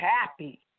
happy